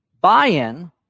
buy-in